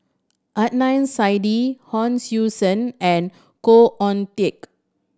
Adnan Saidi Hon Sui Sen and Khoo Oon Teik